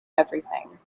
everything